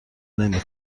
نمی